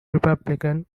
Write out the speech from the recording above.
republican